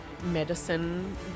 medicine